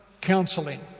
Counseling